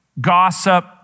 gossip